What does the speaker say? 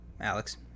alex